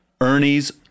Ernie's